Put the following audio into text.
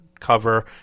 cover